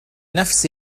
نفس